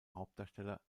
hauptdarsteller